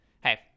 hey